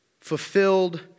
fulfilled